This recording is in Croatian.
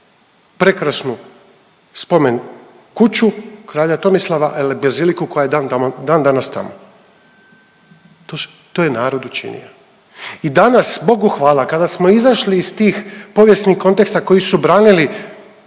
prekrasnu spomen kuću kralja Tomislava ali baziliku koja je dan danas tamo. To je narod učinio. I danas Bogu hvala kada smo izašli iz tih povijesnih konteksta koji su branili